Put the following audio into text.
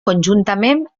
conjuntament